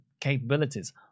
capabilities